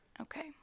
Okay